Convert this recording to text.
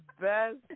best